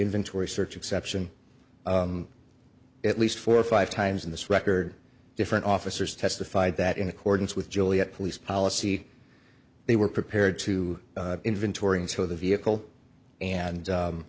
inventory search exception at least four or five times in this record different officers testified that in accordance with joliet police policy they were prepared to inventory and so the vehicle and